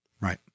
right